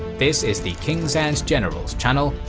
this is the kings and generals channel,